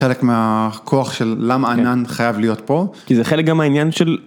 חלק מהכוח של למה ענן חייב להיות פה, כי זה חלק גם העניין של.